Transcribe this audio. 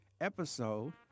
episode